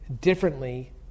differently